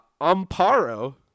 Amparo